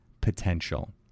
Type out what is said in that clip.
potential